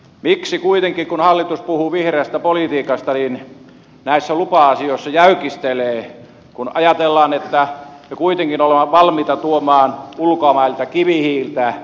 miksi kuitenkin kun hallitus puhuu vihreästä politiikasta se näissä lupa asioissa jäykistelee kun ajatellaan että olemme kuitenkin jo valmiita tuomaan ulkomailta kivihiiltä